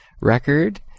record